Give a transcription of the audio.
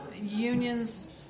unions